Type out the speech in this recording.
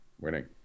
winning